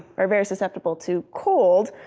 are very susceptible to cold.